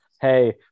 Hey